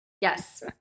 yes